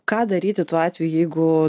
ką daryti tuo atveju jeigu